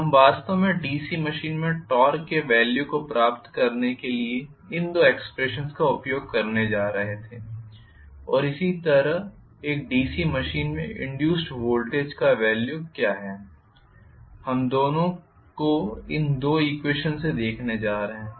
तो हम वास्तव में डीसी मशीन में टॉर्क के वेल्यू को प्राप्त करने के लिए इन दो एक्सप्रेशन्स का उपयोग करने जा रहे थे और इसी तरह एक डीसी मशीन में इंड्यूस्ड वोल्टेज का वेल्यू क्या है हम दोनों को इन दो ईक्वेशन से देखने जा रहे हैं